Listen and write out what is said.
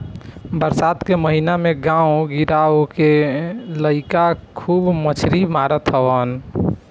बरसात के महिना में गांव गिरांव के लईका खूब मछरी मारत हवन